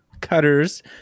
Cutters